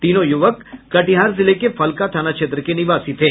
तीनों युवक कटिहार जिले के फलका थाना क्षेत्र के निवासी थे